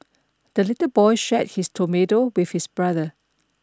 the little boy shared his tomato with his brother